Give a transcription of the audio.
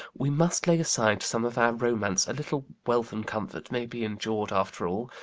we must lay aside some of our romance a little wealth and comfort may be endured after all.